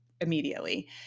immediately